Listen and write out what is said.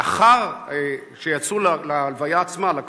לאחר שיצאו להלוויה עצמה, לקבורה,